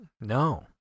No